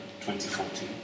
2014